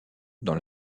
dans